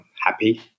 happy